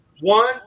one